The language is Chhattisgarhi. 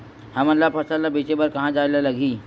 हमन ला फसल ला बेचे बर कहां जाये ला लगही?